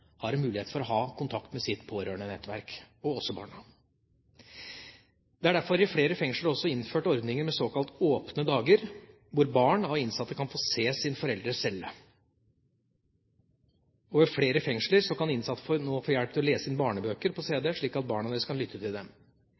har mulighet for å ha kontakt med sitt pårørendenettverk, også barna. Det er derfor i flere fengsler også innført ordninger med såkalte åpne dager, hvor barn av innsatte kan få se sin forelders celle. Ved flere fengsler kan innsatte nå få hjelp til å lese inn barnebøker på cd, slik at barna deres kan lytte til dem.